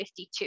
52